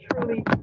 truly